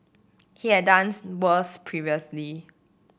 he had done worse previously